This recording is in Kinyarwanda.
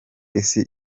isi